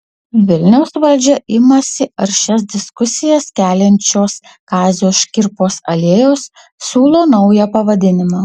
vilniaus valdžia imasi aršias diskusijas keliančios kazio škirpos alėjos siūlo naują pavadinimą